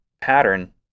pattern